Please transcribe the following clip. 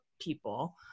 people